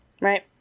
right